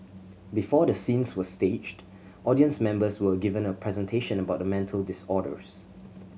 before the scenes were staged audience members were given a presentation about the mental disorders